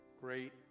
great